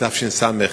בתש"ס,